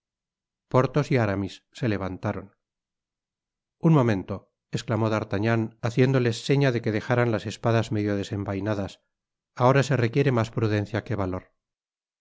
porthos y aramis se levantaron un momento esclamó d'artagnan haciéndoles seña de que dejáran las espadas medio desenvainadas ahora se requiere mas prudencia que valor